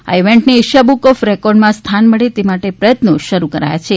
આ ઇવેન્ટને Asia book of રેકોર્ડમાં સ્થાન મળે તે માટે પ્રથત્નો શરૂ કરાયા છે